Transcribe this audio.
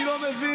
אני לא מבין,